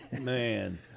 Man